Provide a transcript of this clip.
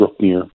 Brookmere